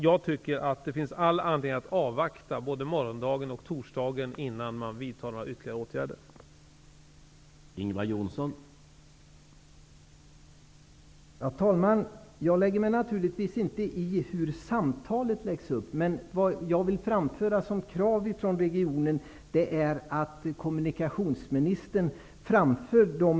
Jag tycker att det finns all anledning att avvakta både morgondagen och torsdagen innan ytterligare åtgärder vidtas.